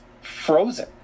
frozen